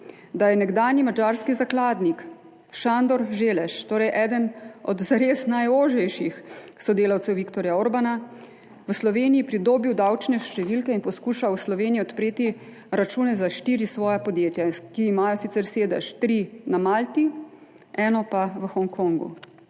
da je nekdanji madžarski zakladnik Sandor Zelles, torej eden od zares najožjih sodelavcev Viktorja Orbana, v Sloveniji pridobil davčne številke in poskušal v Sloveniji odpreti račune za štiri svoja podjetja, tri imajo sicer sedež na Malti, eno pa v Hongkongu,